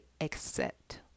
accept